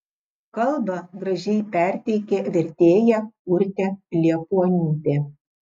kalbą gražiai perteikė vertėja urtė liepuoniūtė